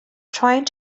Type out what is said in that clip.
trying